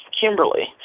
Kimberly